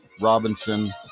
Robinson